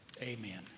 Amen